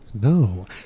No